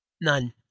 None